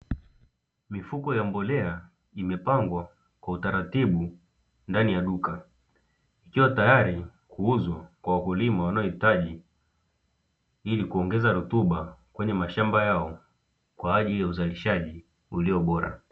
Mifuko ya mbolea imepangwa kwa utaratibu ndani ya duka ikiwa tayari kuuzwa kwa wakulima wanaohitaji ili kuongeza rutuba kwenye mashamba yao kwa ajili ya uzalishaji ulio bora.